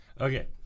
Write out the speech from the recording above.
Okay